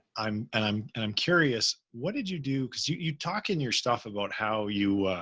i'm, and i'm, and i'm curious, what did you do? cause you, you talk in your stuff about how you,